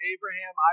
Abraham